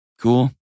Cool